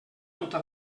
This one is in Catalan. tota